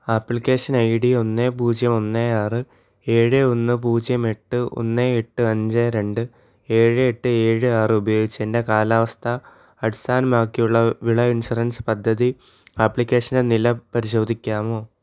application I D ഒന്ന് പൂജ്യം ഒന്ന് ആറ് ഏഴ് ഒന്ന് പൂജ്യം എട്ട് ഒന്ന് എട്ട് അഞ്ച് രണ്ട് ഏഴ് എട്ട് ഏഴ് ആറ് ഉപയോഗിച്ച് എൻ്റെ കാലാവസ്ഥ അടിസ്ഥാനമാക്കിയുള്ള വിള ഇൻഷുറൻസ് പദ്ധതി ആപ്ലിക്കേഷൻ്റെ നില പരിശോധിക്കാമോ